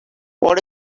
what